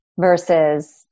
versus